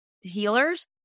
healers